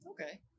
Okay